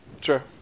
Sure